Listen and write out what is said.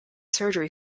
surgery